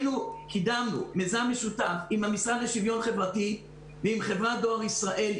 קידמנו מיזם משותף עם המשרד לשוויון חברתי ועם חברת דואר ישראל,